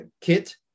kit